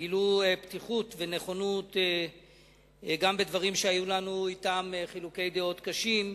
שגילו פתיחות ונכונות גם בדברים שהיו לנו אתם חילוקי דעות קשים בהם.